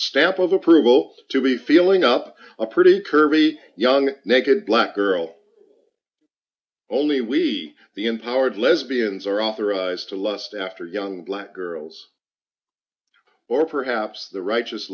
stamp of approval to be feeling up a pretty curvy young naked black girl only we the empowered lesbians are authorized to lust after young black girls or perhaps the righteous